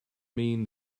mean